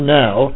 now